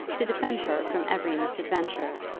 to defend her from every misadventure,